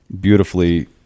beautifully